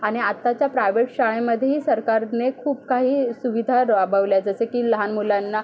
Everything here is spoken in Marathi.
आणि आत्ताच्या प्रायव्हेट शाळेमध्येही सरकारने खूप काही सुविधा राबवल्या जसं की लहान मुलांना